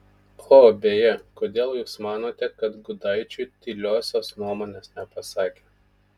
o beje kodėl jūs manote kad gudaičiui tyliosios nuomonės nepasakė